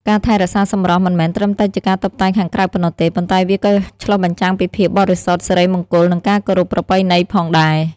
ការថែរក្សាសម្រស់មិនមែនត្រឹមតែជាការតុបតែងខាងក្រៅប៉ុណ្ណោះទេ ប៉ុន្តែវាក៏ឆ្លុះបញ្ចាំងពីភាពបរិសុទ្ធ សិរីមង្គល និងការគោរពប្រពៃណីផងដែរ ។